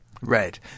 Right